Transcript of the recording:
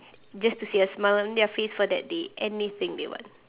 just to see a smile on their face for that day anything they want